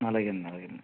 అలాగే అండి అలాగే అండి